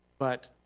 but